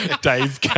Dave